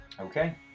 Okay